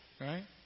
Right